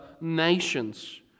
nations